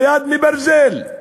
ביד מברזל,